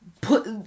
put